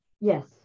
Yes